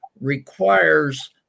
requires